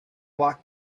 walked